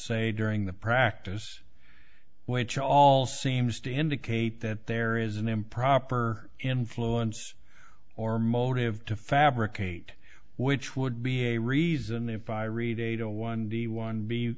say during the practice which all seems to indicate that there is an improper influence or motive to fabricate which would be a reason if i read a to one the one b